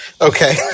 Okay